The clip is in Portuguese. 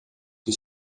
que